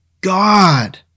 God